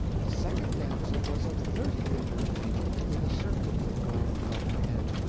the second damsel was of thirty winter of age, with a circlet of gold about her head.